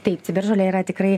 taip ciberžolė yra tikrai